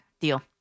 deal